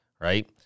right